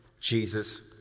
Jesus